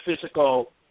physical